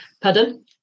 Pardon